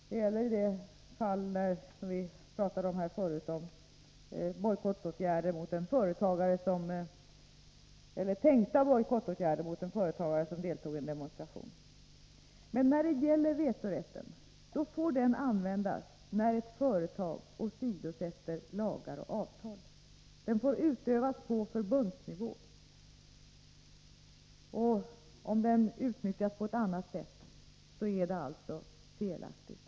Det gäller även det fall som vi tidigare diskuterade, nämligen den tilltänkta bojkottåtgärden mot företagare som deltagit i en demonstration. Vetorätten får användas när ett företag åsidosätter lagar och avtal. Den får utövas på förbundsnivå. Om den utnyttjas på ett annat sätt är det alltså felaktigt.